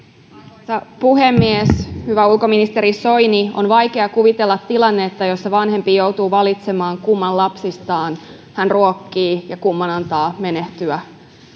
arvoisa puhemies hyvä ulkoministeri soini on vaikea kuvitella tilannetta jossa vanhempi joutuu valitsemaan kumman lapsistaan hän ruokkii ja kumman antaa menehtyä